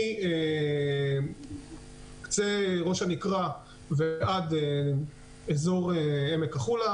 מראש הנקרה ועד אזור עמק החולה.